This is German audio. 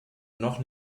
noch